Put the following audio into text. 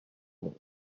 bon